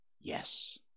Yes